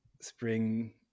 spring